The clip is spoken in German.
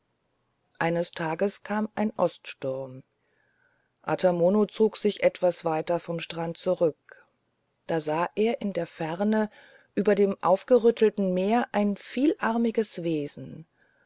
eines tages kam ein oststurm ata mono zog sich etwas weiter vom strand zurück da sah er in der ferne über dem aufgerüttelten meer ein vielarmiges wesen